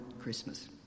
Christmas